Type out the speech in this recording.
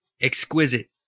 exquisite